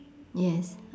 yes